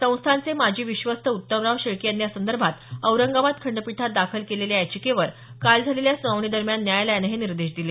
संस्थानचे माजी विश्वस्त उत्तमराव शेळके यांनी यासंदर्भात औरंगाबाद खंडपीठात दाखल केलेल्या याचिकेवर काल झालेल्या सुनावणीदरम्यान न्यायालयानं हे निर्देश दिले